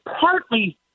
partly